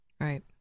Right